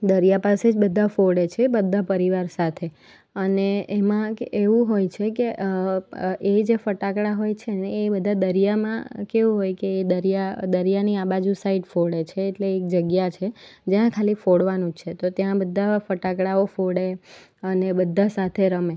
દરિયા પાસે જ બધા ફોડે છે બધા પરિવાર સાથે અને એમાં એવું હોય છે કે એ જે ફટાકડા હોય છે ને એ બધા દરિયામાં કેવું હોય કે એ દરિયા દરિયાની આ બાજુ સાઈડ ફોડે છે એટલે એક જગ્યા છે જ્યાં ખાલી ફોડવાનું જ છે તો ત્યાં બધા ફટાકડાઓ ફોડે અને બધા સાથે રમે